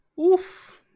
oof